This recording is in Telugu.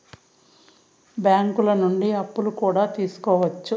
బ్యాంకులు నుండి అప్పులు కూడా తీసుకోవచ్చు